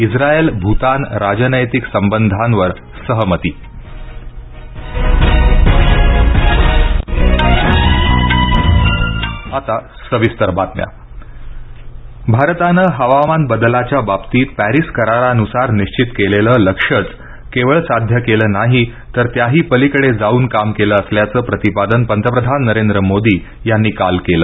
इस्राएल भूतान राजनैतिक संबधांवर सहमती पर्यावरण परिषद मोदी भारतानं हवामान बदलाच्या बाबतीत पॅरीस करारानुसार निश्चित केलेलं लक्ष्यच केवळ साध्य केलं नाही तर त्याही पलिकडं जाऊन काम केलं असल्याचं प्रतिपादन पंतप्रधान नरेंद्र मोदी यांनी काल केलं